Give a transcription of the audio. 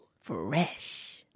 Fresh